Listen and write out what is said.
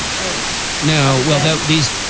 right now. well that these.